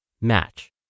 Match